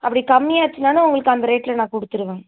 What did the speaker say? அப்படி கம்மியாச்சுனாலும் உங்களுக்கு அந்த ரேட்டில் நான் கொடுத்துருவேன்